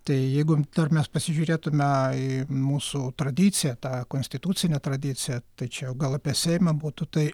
tai jeigu mes pasižiūrėtume į mūsų tradiciją tą konstitucinę tradiciją tai čia jau gal apie seimą būtų tai